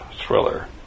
thriller